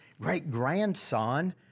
great-grandson